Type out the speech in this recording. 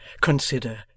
consider